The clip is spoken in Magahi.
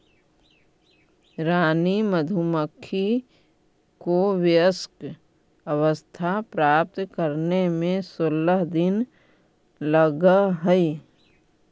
रानी मधुमक्खी को वयस्क अवस्था प्राप्त करने में सोलह दिन लगह हई